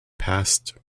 passed